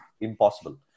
impossible